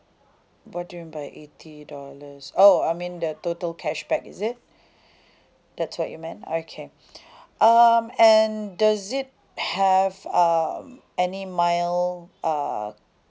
what do you mean by eighty dollars oh I mean the total cashback is it that's what you meant okay um and does it have um any mile uh